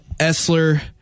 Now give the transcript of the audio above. Essler